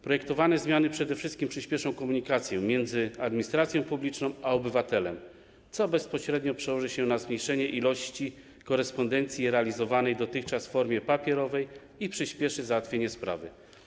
Projektowane zmiany przede wszystkim przyspieszą komunikację między administracją publiczną a obywatelem, co bezpośrednio przełoży się na zmniejszenie ilości korespondencji realizowanej dotychczas w formie papierowej i przyspieszy załatwienie sprawy.